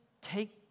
take